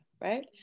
right